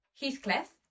Heathcliff